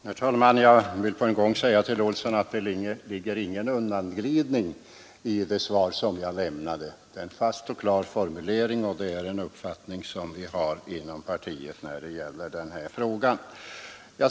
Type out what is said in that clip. Herr talman! Jag vill på en gång säga till herr Olsson i Stockholm att det ligger ingen undanglidning i det svar som jag lämnade. Det är en fast och klar formulering och det är en uppfattning som vi har inom partiet i den här frågan.